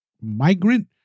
migrant